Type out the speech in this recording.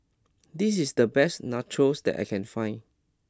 this is the best Nachos that I can find